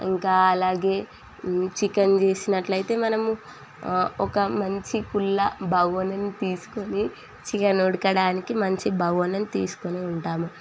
ఇంకా అలాగే చికెన్ చేసినట్లు అయితే మనము ఒక మంచి కుళ్ళ బగోనీని తీసుకొని చికెన్ ఉడకడానికి మంచి బగోనీని తీసుకొని ఉంటాము